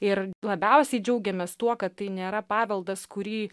ir labiausiai džiaugiamės tuo kad tai nėra paveldas kurį